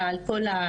הוא נמצא בכל מקום.